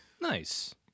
Nice